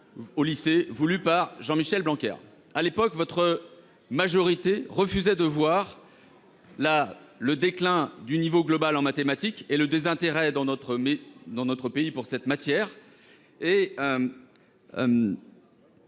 au lycée, voulue par Jean-Michel Blanquer. À l'époque, votre majorité refusait de voir le déclin du niveau global en mathématiques et le désintérêt dans notre pays pour cette matière.